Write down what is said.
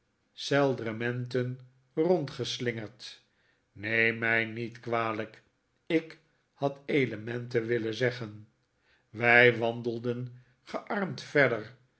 seldrementen rondgeslingerd neemt mij niet kwalijk ik had elementen willen zeggen wij wandelden gearmd verder